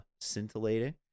scintillating